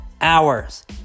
hours